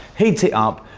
heat it up.